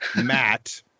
Matt